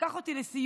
לקח אותי לסיור